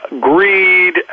greed